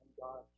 God